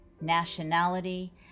nationality